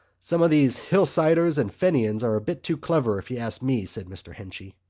some of these hillsiders and fenians are a bit too clever if you ask me, said mr. henchy.